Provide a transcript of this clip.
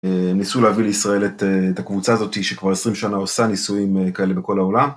ניסו להביא לישראל את הקבוצה הזאת שכבר עשרים שנה עושה ניסויים כאלה בכל העולם.